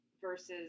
versus